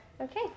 okay